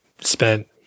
spent